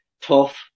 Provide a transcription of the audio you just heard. Tough